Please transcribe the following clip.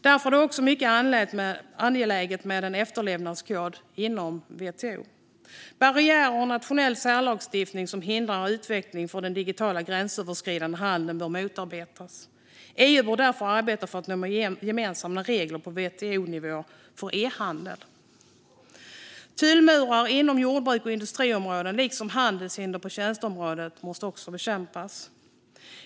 Därför är det mycket angeläget med en efterlevnadskod inom WTO. Barriärer och nationell särlagstiftning som hindrar utveckling för den digitala gränsöverskridande handeln bör motarbetas. EU bör därför arbeta för att nå gemensamma regler på WTO-nivå för e-handel. Tullmurar inom jordbruks och industriområdena liksom handelshinder inom tjänsteområdet måste bekämpas.